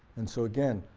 and so again,